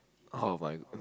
oh my